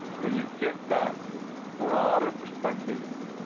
when you get that broader perspective